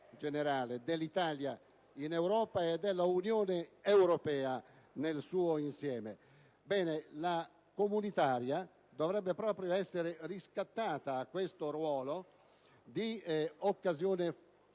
dell'Italia in Europa e dell'Unione europea nel suo insieme. La legge comunitaria dovrebbe proprio essere riscattata da questo ruolo di occasione formale,